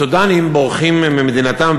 הסודאנים בורחים ממדינתם,